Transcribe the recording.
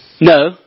No